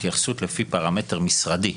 התייחסות לפי פרמטר משרדי.